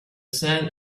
sand